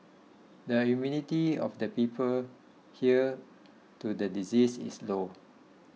the immunity of the people here to the disease is low